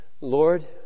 Lord